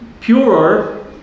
purer